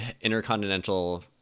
intercontinental